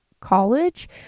college